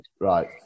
Right